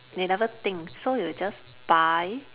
they never think so you just buy